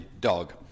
dog